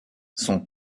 son